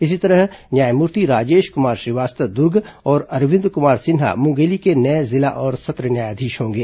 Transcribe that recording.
इसी तरह न्यायमूर्ति राजेश कुमार श्रीवास्तव द्र्ग और अरविंद कुमार सिन्हा मुंगेली के नये जिला और सत्र न्यायाधीश होंगे